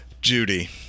Judy